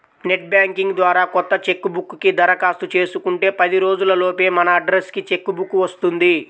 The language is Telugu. నెట్ బ్యాంకింగ్ ద్వారా కొత్త చెక్ బుక్ కి దరఖాస్తు చేసుకుంటే పది రోజుల లోపే మన అడ్రస్ కి చెక్ బుక్ వస్తుంది